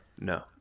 no